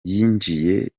yinjiye